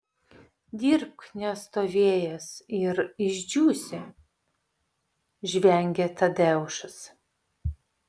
dirbk nestovėjęs ir išdžiūsi žvengia tadeušas